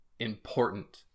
important